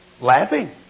laughing